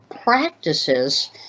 practices